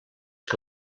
que